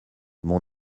mon